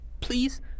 please